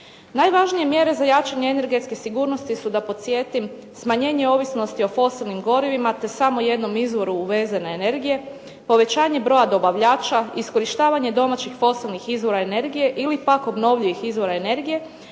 Najvažnije mjere za jačanje energetske sigurnosti su, da podsjetim, smanjenje ovisnosti o fosilnim gorivima te samo jednom izvoru uvezene energije, povećanje broja dobavljača, iskorištavanje domaćih fosilnih izvora energije ili pak obnovljivih izvora energije